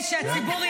יש פריימריז?